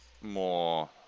more